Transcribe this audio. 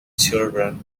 children